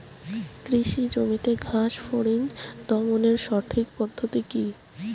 কৃষি জমিতে ঘাস ফরিঙ দমনের সঠিক পদ্ধতি কি?